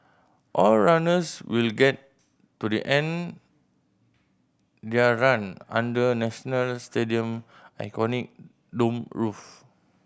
all runners will get to the end their run under the National Stadium iconic domed roof